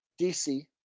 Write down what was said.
DC